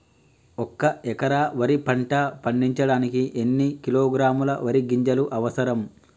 ఒక్క ఎకరా వరి పంట పండించడానికి ఎన్ని కిలోగ్రాముల వరి గింజలు అవసరం?